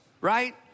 right